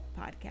podcast